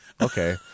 Okay